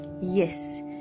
Yes